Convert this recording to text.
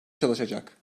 çalışacak